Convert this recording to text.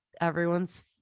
Everyone's